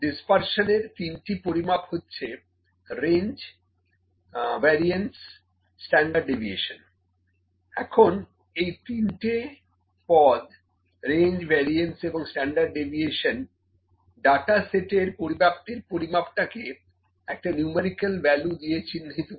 dispersion এর 3 টি পরিমাপ হচ্ছে 1 রেঞ্জ 2 ভ্যারিয়েন্স 3 স্ট্যান্ডার্ড ডেভিয়েশন এখন এই তিনটে পদ রেঞ্জ ভ্যারিয়েন্স এবং স্ট্যান্ডার্ড ডেভিয়েশন ডাটা সেট এর পরিব্যাপ্তির পরিমাপটাকে একটা নুমেরিকাল ভ্যালু দিয়ে চিহ্নিত করে